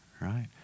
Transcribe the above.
right